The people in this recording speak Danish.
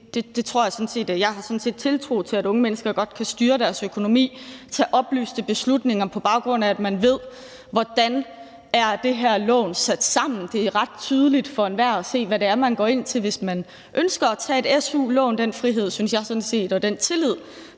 set tiltro til, at unge mennesker godt kan styre deres økonomi og tage oplyste beslutninger, på baggrund af at man ved, hvordan det her lån er sat sammen. Det er ret tydeligt for enhver at se, hvad det er, man går ind til, hvis man ønsker at tage et su-lån. Den frihed skal vi give